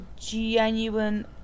genuine